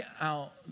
out